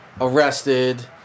arrested